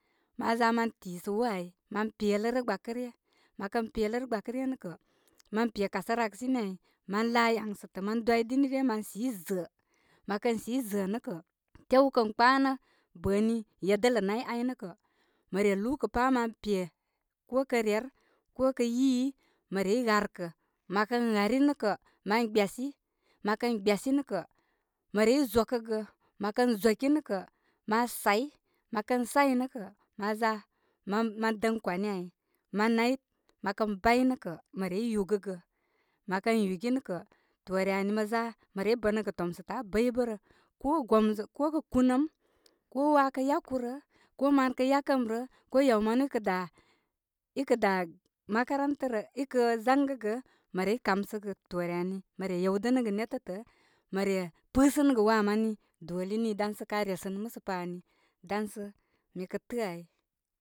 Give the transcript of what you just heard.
Ma za ma tisə woo ai mə pelərə gbakə ryə. Mə kən pelərə gbakəryə nə kə' ma pe kasa raksini ai, ma laa yaŋ sətə ma dwidini ryə man sii zāā. Mə kən sii zəə nə' kə, tew kən kpanə bə'ni, yedələ nay ai nə' kə, mə re lukə pa mən pe ko kə ryer, ko kə yii mə rey ghər kə. Mə kə gbyasi nə kə', mə rey zokəgə, mə kə zoki nə kə' ma sāy mə kən sāy nə' kā, ma za mə. dəŋ kwani ai, ma nay, mə kən bay nə' kə' mə rey yūgəgə, mə kən yugi nə' kə', toore ani mə za mə rey bə nə gə tomsətə' abəybəbərə, ko kə gomzwak ko kə kunəm, ko waa kə yakurəə, ko man kə yakəm rə, ko yaw manu i kə' daa i kə' daa, makaranta rə, i kə zangəgə, mə rey kamsəgə toore ani. Mə re yewdənəgə netətə, mə re pɨsəgə waa mani doli nii dan sə ka resənə musə pa ani. Dan sə mikə tə'ə ai.